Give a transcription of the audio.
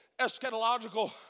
eschatological